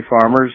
farmers